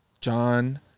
John